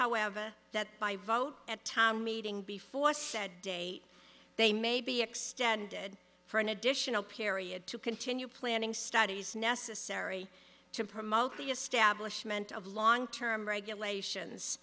however that by vote at town meeting before said date they may be extended for an additional period to continue planning studies necessary to promote the establishment of long term regulations